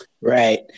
Right